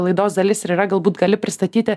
laidos dalis ir yra galbūt gali pristatyti